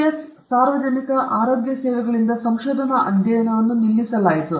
US ಸಾರ್ವಜನಿಕ ಆರೋಗ್ಯ ಸೇವೆಗಳಿಂದ ಸಂಶೋಧನಾ ಅಧ್ಯಯನವನ್ನು ನಿಲ್ಲಿಸಲಾಯಿತು